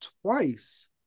twice